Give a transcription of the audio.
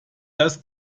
das